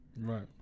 Right